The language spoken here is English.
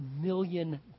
million